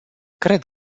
cred